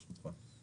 ברשותך.